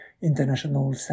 international